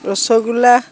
rasgulla